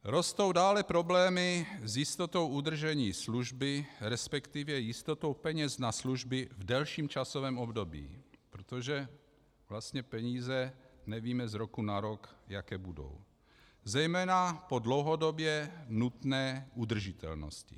Rostou dále problémy s jistotou udržení služby, resp. jistotou peněz na služby v delším časovém období, protože vlastně peníze nevíme z roku na rok, jaké budou, zejména po dlouhodobě nutné udržitelnosti.